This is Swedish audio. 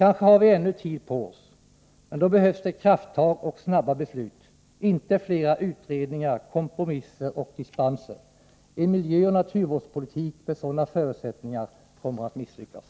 Kanske har vi ännu tid på oss, men då behövs det krafttag och snabba beslut, inte flera utredningar, kompromisser och dispenser. En miljöoch naturvårdspolitik med sådana förutsättningar kommer att misslyckas.